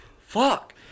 Fuck